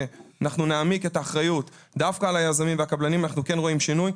שמעמיקים את האחריות על היזמים ועל הקבלנים כן רואים שינוי.